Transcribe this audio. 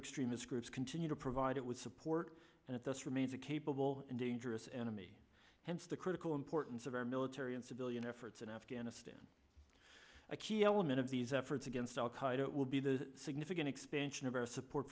extremist groups continue to provide it with support and at this remains a capable and dangerous enemy hence the critical importance of our military and civilian efforts in afghanistan a key element of these efforts against al qaida will be the significant expansion of our support